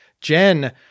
Jen